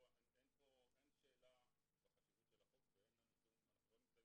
אין שאלה לגבי החשיבות החוק ואנחנו לא נמצאים